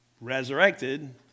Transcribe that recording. resurrected